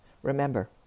Remember